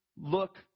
look